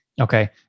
Okay